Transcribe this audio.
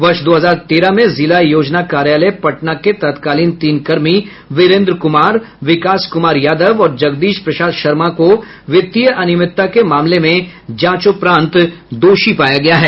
वर्ष दो हजार तेरह में जिला योजना कार्यालय पटना के तत्कालीन तीन कर्मी वीरेंद्र कुमार विकास कुमार यादव और जगदीश प्रसाद शर्मा को वित्तीय अनियमितता के मामले में जांचोपरांत दोषी पाया गया है